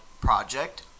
Project